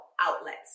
outlets